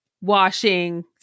washing